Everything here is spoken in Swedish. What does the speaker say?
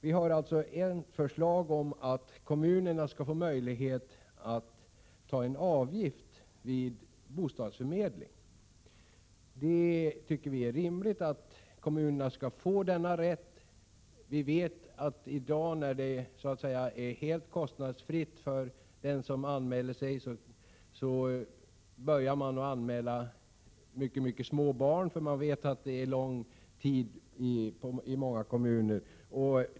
Vi har lagt fram förslag om att kommunerna skall få möjlighet att ta ut en avgift vid bostadsförmedling. Vi tycker att det är rimligt att kommunerna skall få denna rätt. I dag är det helt kostnadsfritt för den som anmäler sig. Det händer då att man anmäler små barn till bostadsförmedlingen, eftersom man vet att kötiden är lång i många kommuner.